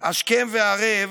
השכם והערב